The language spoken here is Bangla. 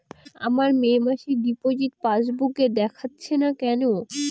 আমার মে মাসের ডিপোজিট পাসবুকে দেখাচ্ছে না কেন?